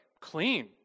clean